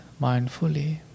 mindfully